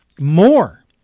more